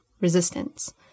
resistance